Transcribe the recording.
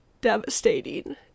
devastating